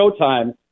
showtime